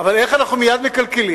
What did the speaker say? אבל איך אנחנו מייד מקלקלים?